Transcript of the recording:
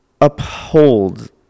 uphold